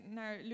naar